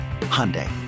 Hyundai